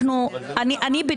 לוועדות.